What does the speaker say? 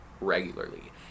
regularly